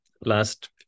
last